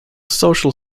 social